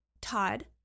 Todd